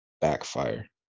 backfire